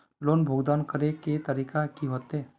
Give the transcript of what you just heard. Loan भुगतान करे के तरीका की होते?